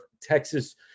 Texas